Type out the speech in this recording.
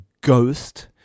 Ghost